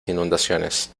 inundaciones